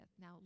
Now